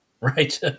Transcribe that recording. right